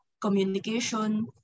communication